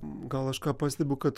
gal aš ką pastebiu kad